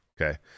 Okay